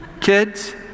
Kids